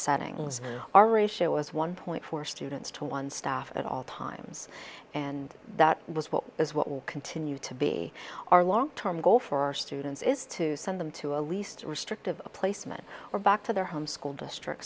settings or ratio was one point four students to one staff at all times and that was what is what will continue to be our long term goal for our students is to send them to a least restrictive placement or back to their home school district